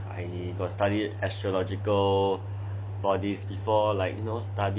I got study astrological bodies before